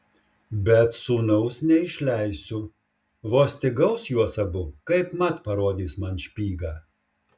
bet sūnaus neišleisiu vos tik gaus juos abu kaipmat parodys man špygą